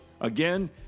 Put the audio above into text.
Again